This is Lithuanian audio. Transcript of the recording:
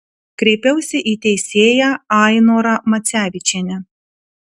kreipiausi į teisėją ainorą macevičienę